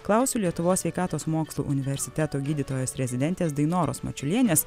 klausiu lietuvos sveikatos mokslų universiteto gydytojos rezidentės dainoros mačiulienės